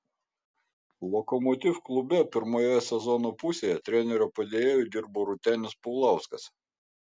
lokomotiv klube pirmoje sezono pusėje trenerio padėjėju dirbo rūtenis paulauskas